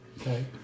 Okay